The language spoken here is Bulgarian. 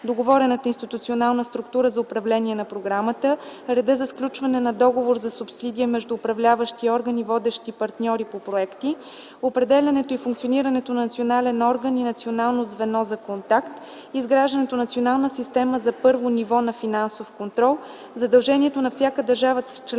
договорената институционална структура за управление на програмата; - реда за сключването на договор за субсидия между управляващия орган и водещи партньори по проекти; - определянето и функционирането на Национален орган и Национално звено за контакт; - изграждането на национална система за първо ниво на финансов контрол; - задължението на всяка държава-членка